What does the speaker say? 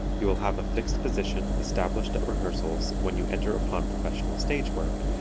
you will have a fixed position established at rehearsals, when you enter upon professional stage work,